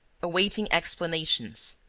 awaiting explanations.